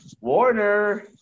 Warner